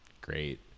great